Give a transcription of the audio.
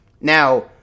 Now